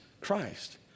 Christ